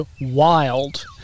wild